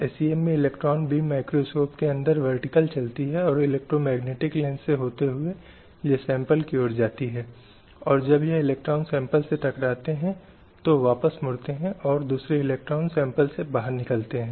इसलिए यह नागरिक अधिकार के आवश्यक राजनीतिक अधिकारों में से एक है जो वहां है और जिसे किसी महिला को केवल इसलिए नहीं नकारा जा सकता क्योंकि वह एक अलग लिंग से संबंधित है